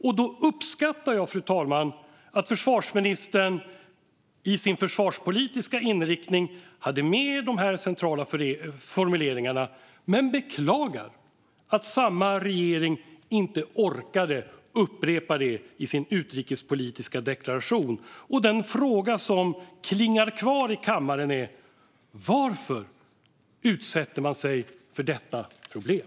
Jag uppskattar, fru talman, att försvarsministern i sin försvarspolitiska inriktning hade med de centrala formuleringarna, men jag beklagar att samma regering inte orkade upprepa dem i sin utrikespolitiska deklaration. Den fråga som klingar kvar i kammaren: Varför utsätter man sig för detta problem?